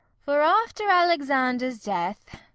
for after alexander's death